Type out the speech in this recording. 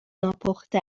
ناپخته